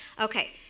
Okay